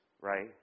right